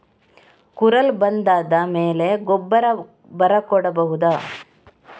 ಕುರಲ್ ಬಂದಾದ ಮೇಲೆ ಗೊಬ್ಬರ ಬರ ಕೊಡಬಹುದ?